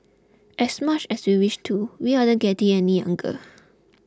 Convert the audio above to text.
as much as we wish to we aren't getting any younger